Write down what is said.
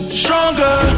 stronger